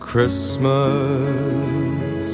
Christmas